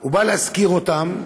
והוא בא להשכיר אותן,